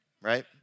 right